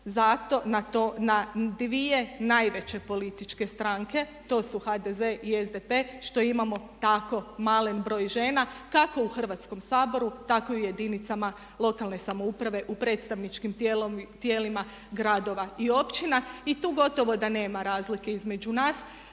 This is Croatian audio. na to na dvije najveće političke stranke, to su HDZ i SDP što imamo tako malen broj žena kako u Hrvatskom saboru tako i u jedinicama lokalne samouprave, u predstavničkim tijelima gradova i općina i tu gotovo da nema razlike između nas.